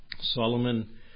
Solomon